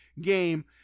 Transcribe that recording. game